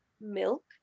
milk